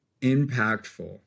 impactful